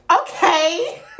Okay